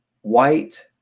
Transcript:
white